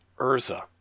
Urza